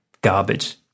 Garbage